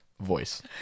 voice